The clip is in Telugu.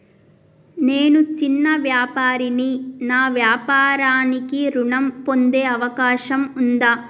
నేను చిన్న వ్యాపారిని నా వ్యాపారానికి ఋణం పొందే అవకాశం ఉందా?